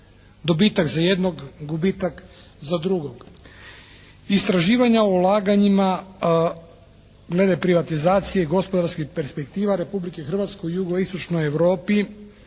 Dobitak za jednog, gubitak za drugog. Istraživanja o ulaganjima glede privatizacije gospodarskih perspektiva Republike Hrvatske u jugoistočnoj Europi